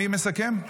מי מסכם?